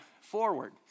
forward